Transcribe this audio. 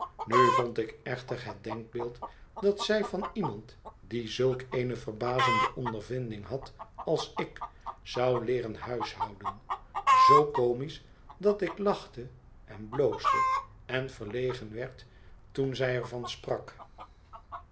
nu vond ik echter het denkbeeld dat zij van iemand die zulk eene verbazende ondervinding had als ik zou leeren huishouden zoo comisch dat ik lachte en bloosde en verlegen werd toen zij er van sprak